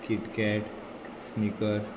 KitKat snicker